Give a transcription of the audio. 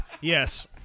Yes